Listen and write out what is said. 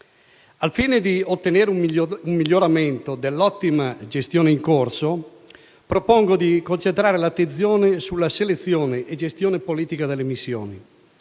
Al fine di ottenere un miglioramento dell'ottima gestione in corso, propongo di concentrare l'attenzione sulla selezione e sulla gestione politica delle missioni;